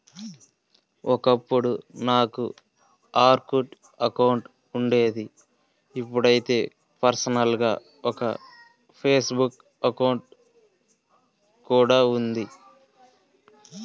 ఒకప్పుడు నాకు Orkut account ఉండేది ఇప్పుడైతే పర్సనల్ గా ఒక ఫేస్ బుక్ అకౌంట్ కూడా ఉంది